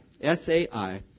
S-A-I